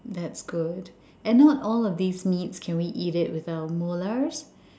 that's good and not all of these meats can we eat it with our molars